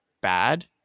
bad